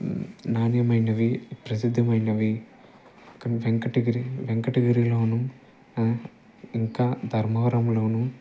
నాణ్యమైనవి ప్రసిద్ధమైనవి కని వెంకటగిరి వెంకటగిరిలోనూ ఇంకా ధర్మవరంలోనూ